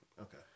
Okay